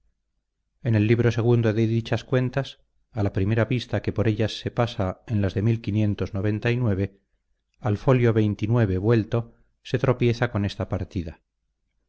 en el libro ii de dichas cuentas a la primera vista que por ellas se pasa en las de al fól vto se tropieza con esta partida